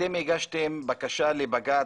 אתם הגשתם בקשה לבג"ץ.